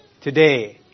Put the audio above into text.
today